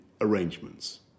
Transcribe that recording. arrangements